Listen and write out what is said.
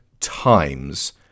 Times